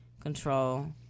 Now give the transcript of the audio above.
control